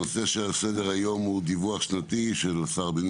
הנושא שעל סדר-היום הוא דיווח שנתי של שר הבינוי